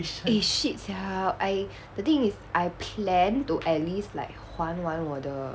eh shit sia I the thing is I plan to at least like 还完我的